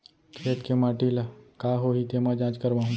खेत के माटी ल का होही तेमा जाँच करवाहूँ?